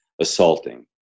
assaulting